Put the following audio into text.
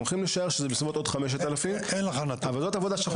אנחנו יכולים לשער שזה בסביבות עוד 5,000. אבל זאת עבודה שאנחנו